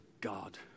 God